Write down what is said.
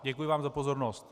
Děkuji vám za pozornost.